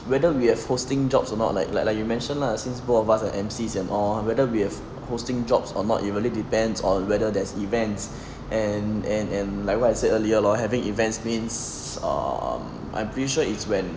whether we have hosting jobs or not like like like you mentioned lah since both of us are emcees and all whether we've hosting jobs or not it really depends on whether there's events and and and like what I said earlier lor having events means um I'm I'm pretty sure it's when